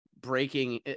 breaking